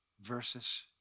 versus